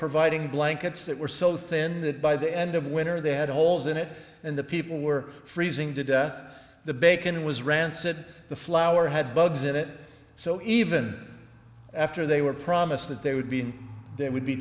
providing blankets that were so thin that by the end of winter they had holes in it and the people were freezing to death the bacon was rancid the flour had bugs in it so even after they were promised that they would be in there would be